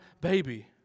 baby